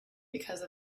because